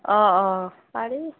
অ অ পাৰি